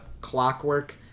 clockwork